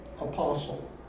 apostle